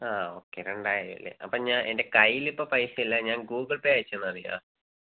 ആ ഓക്കെ രണ്ടായിരം അല്ലേ അപ്പോൾ ഞാൻ എന്റെ കയ്യിലിപ്പം പൈസയില്ല ഞാൻ ഗൂഗിൾ പേ അയച്ച് തന്നാൽ മതിയോ